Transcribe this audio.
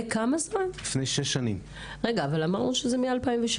לא אמרנו שזה מ-2007?